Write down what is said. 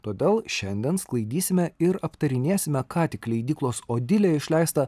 todėl šiandien sklaidysime ir aptarinėsime ką tik leidyklos odilė išleistą